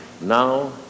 Now